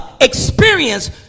experience